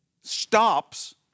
stops